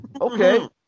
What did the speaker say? okay